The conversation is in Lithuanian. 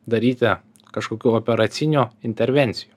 daryti kažkokių operacinių intervencijų